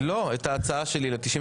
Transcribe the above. לא, את ההצעה שלי ל-98.